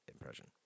impression